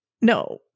No